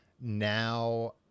Now